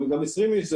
גם 20 אנשים,